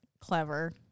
clever